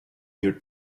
your